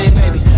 baby